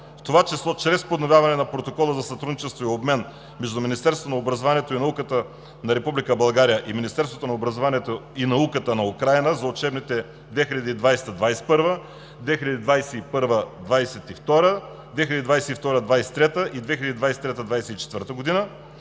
в това число чрез подновяване на Протокола за сътрудничество и обмен между Министерството на образованието и науката на Република България и Министерството на образованието и науката на Украйна за учебните 2020/2021, 2021/2022, 2022/2023 и 2023/2024 години,